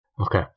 Okay